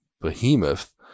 behemoth